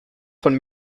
von